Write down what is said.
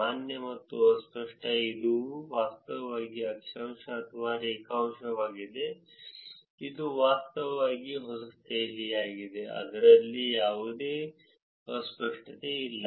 ಮಾನ್ಯ ಮತ್ತು ಅಸ್ಪಷ್ಟ ಇದು ವಾಸ್ತವವಾಗಿ ಅಕ್ಷಾಂಶ ಅಥವಾ ರೇಖಾಂಶವಾಗಿದೆ ಇದು ವಾಸ್ತವವಾಗಿ ಹೊಸ ದೆಹಲಿಯಾಗಿದೆ ಅದರಲ್ಲಿ ಯಾವುದೇ ಅಸ್ಪಷ್ಟತೆ ಇಲ್ಲ